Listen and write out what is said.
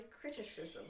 criticism